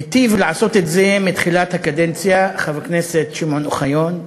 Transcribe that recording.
מיטיב לעשות את זה מתחילת הקדנציה חבר הכנסת שמעון אוחיון,